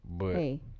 Hey